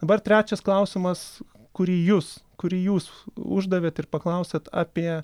dabar trečias klausimas kurį jus kurį jūs uždavėt ir paklausėt apie